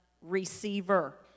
receiver